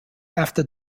after